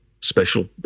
special